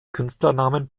künstlernamen